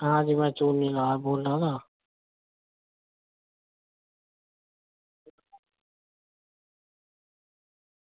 आं जी में चूनी लाल बोल्ला ना